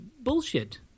bullshit